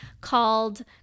called